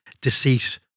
deceit